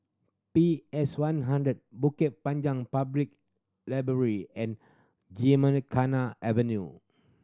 P S One hundred Bukit Panjang Public Library and Gymkhana Avenue